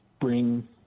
bring